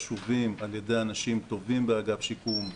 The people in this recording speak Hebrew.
חשובים על ידי אנשים טובים באגף שיקום,